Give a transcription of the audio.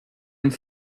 and